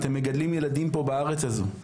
אתם מגדלים פה ילדים בארץ הזו,